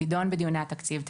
תידון בדיוני התקציב,